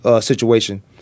situation